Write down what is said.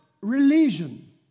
religion